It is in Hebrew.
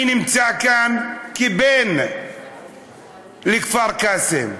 אני נמצא כאן כבן כפר קאסם.